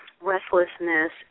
Restlessness